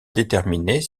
déterminer